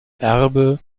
erbe